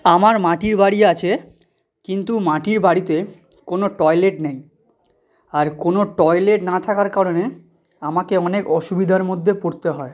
আমার মাটির বাড়ি আছে কিন্তু মাটির বাড়িতে কোনো টয়লেট নেই আর কোনো টয়লেট না থাকার কারণে আমাকে অনেক অসুবিধার মধ্যে পড়তে হয়